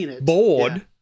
bored